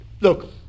Look